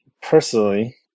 personally